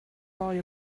buy